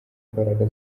imbaraga